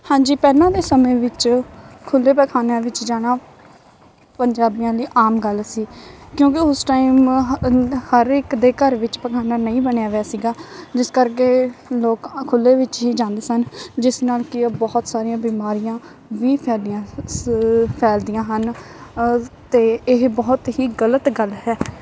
ਹਾਂਜੀ ਪਹਿਲਾਂ ਦੇ ਸਮੇਂ ਵਿੱਚ ਖੁੱਲ੍ਹੇ ਪਖਾਨਿਆਂ ਵਿੱਚ ਜਾਣਾ ਪੰਜਾਬੀਆਂ ਲਈ ਆਮ ਗੱਲ ਸੀ ਕਿਉਂਕਿ ਉਸ ਟਾਈਮ ਹਰ ਇੱਕ ਦੇ ਘਰ ਵਿੱਚ ਪਖਾਨਾ ਨਹੀਂ ਬਣਿਆ ਵਿਆ ਸੀਗਾ ਜਿਸ ਕਰਕੇ ਲੋਕ ਖੁੱਲ੍ਹੇ ਵਿੱਚ ਹੀ ਜਾਂਦੇ ਸਨ ਜਿਸ ਨਾਲ ਕੀ ਆ ਬਹੁਤ ਸਾਰੀਆਂ ਬਿਮਾਰੀਆਂ ਵੀ ਫੈਲੀਆਂ ਸ ਫੈਲਦੀਆਂ ਹਨ ਅਤੇ ਇਹ ਬਹੁਤ ਹੀ ਗਲਤ ਗੱਲ ਹੈ